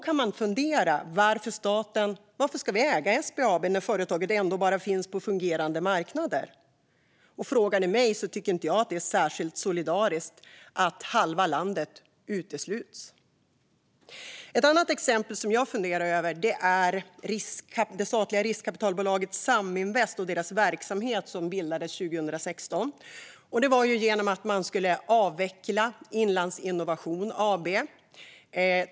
Man kan fundera över varför staten ska äga SBAB när företaget bara finns på fungerande marknader. Frågar ni mig tycker jag inte att det är särskilt solidariskt att halva landet utesluts. Ett annat exempel som jag funderar över är det statliga riskkapitalbolaget Saminvest, som bildades 2016. Man skulle avveckla Inlandsinnovation AB.